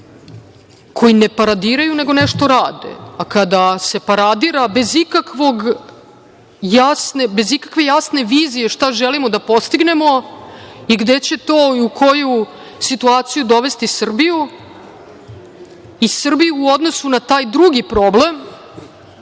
koji ne paradiraju nego nešto rade, a kada se paradira bez ikakve jasne vizije šta želimo da postignemo i gde će to i u koju situaciju dovesti Srbiju, i Srbiju u odnosu na taj drugi problem,